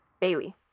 Bailey